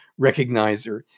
recognizer